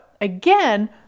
again